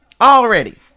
Already